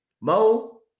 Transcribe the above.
Mo